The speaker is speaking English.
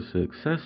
SUCCESS